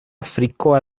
afriko